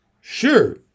Sure